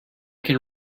can